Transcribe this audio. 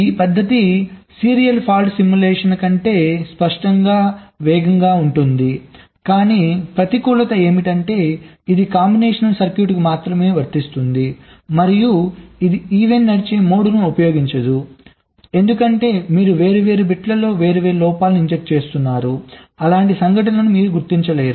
ఈ పద్ధతి serial fault simulation కంటే స్పష్టంగా వేగంగా ఉంటుంది కానీ ప్రతికూలత ఏమిటంటే ఇది కాంబినేషన్ సర్క్యూట్లకు మాత్రమే వర్తిస్తుంది మరియు ఇది ఈవెంట్ నడిచే మోడ్ను ఉపయోగించదు ఎందుకంటే మీరు వేర్వేరు బిట్స్లో వేర్వేరు లోపాలను ఇంజెక్ట్ చేస్తున్నారు అలాంటి సంఘటనలను మీరు గుర్తించలేరు